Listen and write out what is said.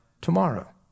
tomorrow